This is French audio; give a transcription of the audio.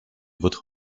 votre